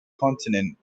continent